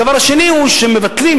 הדבר השני הוא שמבטלים,